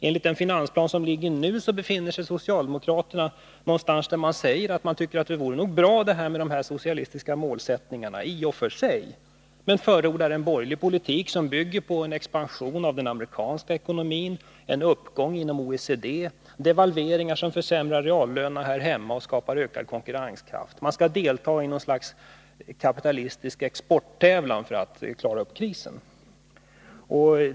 Enligt den nuvarande finansplanen befinner sig socialdemokraterna någonstans där man säger att man tycker att det nog vore bra med de här socialistiska målsättningarna — i och för sig — men förordar en borgerlig politik som bygger på en expansion av den amerikanska ekonomin, en uppgång inom OECD, devalveringar som försämrar reallönerna här hemma och skapar ökad konkurrenskraft. Man skall delta i något slags kapitalistisk exporttävlan för att klara krisen.